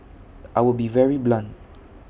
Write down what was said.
I will be very blunt